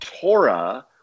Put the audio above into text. Torah